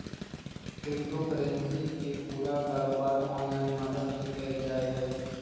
crypto currency के पूरा कारोबार ऑनलाइन माध्यम से क़इल जा हइ